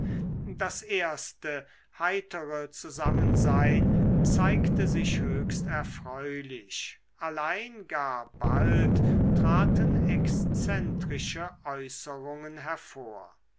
das erste heitere zusammensein zeigte sich höchst erfreulich allein gar bald traten exzentrische äußerungen hervor